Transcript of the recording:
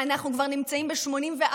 ועכשיו אנחנו כבר נמצאים ב-84%.